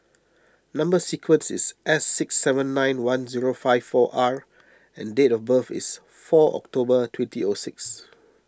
Number Sequence is S six seven nine one zero five four R and date of birth is four October twenty O six